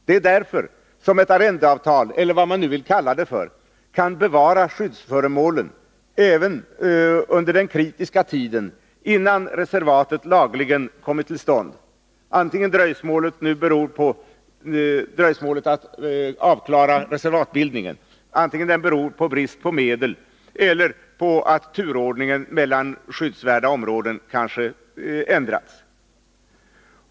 Det är därför som ett arrendeavtal — eller vad man vill kalla det — kan bevara skyddsföremålen även under den kritiska tiden, innan reservatet lagligen har kommit till stånd, antingen dröjsmålet med reservatbildningen nu beror på brist på medel eller på att turordningen mellan skyddsvärda områden kanske har ändrats.